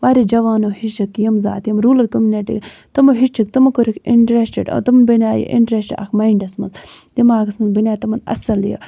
واریاہ جَوانو ہیٚچھو کہِ ییٚمہِ ساتہٕ یِم روٗلَر کومنِٹی تِمَو ہیٚچھِکھ تِمَو کرکھ اِنٹرَسٹڈ تِمو بَنیوٚو یہِ اِنٹرَسٹ اکھ ماینڈَس منٛز دٮ۪ماغَس منٛز بَنیوو اَصٕل یہِ